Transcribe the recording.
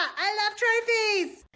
i love trophies.